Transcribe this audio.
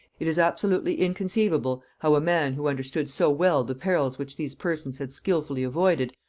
it is absolutely inconceivable how a man who understood so well the perils which these persons had skilfully avoided,